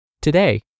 Today